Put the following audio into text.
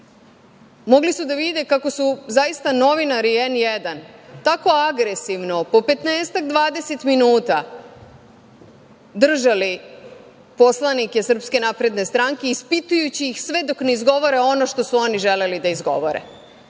mogli su da vide kako su zaista novinari „N1“ tako agresivno, po 15, 20 minuta držali poslanike SNS ispitujući ih sve dok ne izgovore ono što su oni želeli da izgovore. Ja